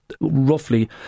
roughly